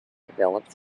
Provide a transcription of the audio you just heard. developed